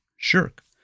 shirk